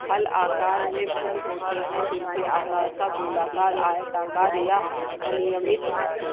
फल आकार में भिन्न होते हैं, दिल के आकार का, गोलाकार, आयताकार या अनियमित